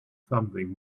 something